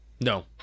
No